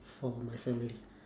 for my family